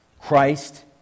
Christ